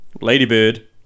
ladybird